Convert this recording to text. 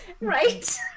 right